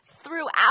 throughout